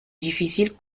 difficiles